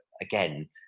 again